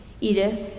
Edith